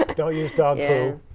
don't use dog poo.